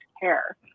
care